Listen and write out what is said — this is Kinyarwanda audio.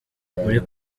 muri